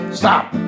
stop